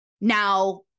Now